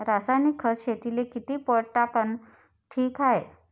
रासायनिक खत शेतीले किती पट टाकनं ठीक हाये?